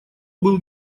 был